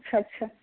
अच्छा अच्छा